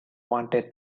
wanted